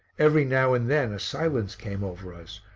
every now and then a silence came over us,